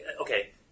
okay –